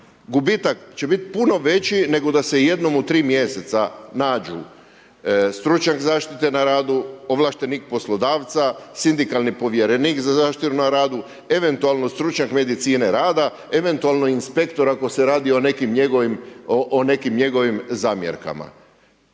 Gubitak će biti puno veći nego da se jednom u 3 mjeseca nađu stručnjak zaštite na radu, ovlaštenik poslodavca, sindikalni povjerenik za zaštitu na radu, eventualno stručnjak medicine rada, eventualno inspektor ako se radi o nekim njegovim zamjerkama.